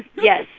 yes,